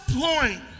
point